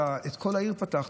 את כל העיר פתחת.